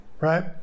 Right